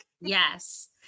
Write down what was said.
Yes